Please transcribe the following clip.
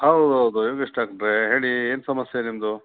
ಹೌದು ಹೌದು A V S ಡಾಕ್ಟ್ರೆ ಹೇಳಿ ಏನು ಸಮಸ್ಯೆ ನಿಮ್ಮದು